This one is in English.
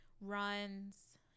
runs